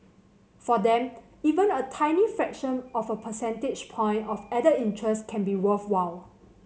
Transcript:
for them even a tiny fraction of a percentage point of added interest can be worthwhile